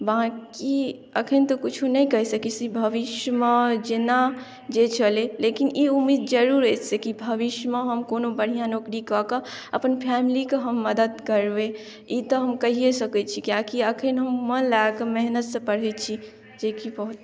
बाँकि अखन तऽ किछो नहि कहि सकै छी भविष्यमे जेना जे चलय लेकिन ई उम्मीद जरूर अछि जे कि भविष्यमे हम कोनो बढ़िऑं नौकरी कऽ कऽ अपन फैमिली के हम मदद करबै ई तऽ हम कहिये सकै छी कियाकि अखन हम मन लगाकऽ मेहनत से पढ़ै छी जेकि बहुत